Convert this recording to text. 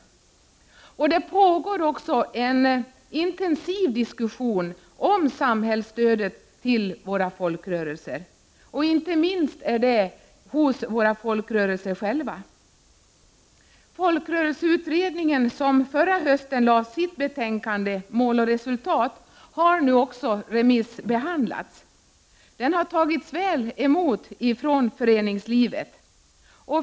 Det pågår också en intensiv diskussion om samhällsstödet till våra folkrörelser. Inte minst gäller det inom våra folkrörelser. Folkrörelseutredningen lade förra hösten fram sitt betänkande Mål och resultat, vilket nu också har remissbehandlats. Betänkandet har tagits väl emot av föreningslivet.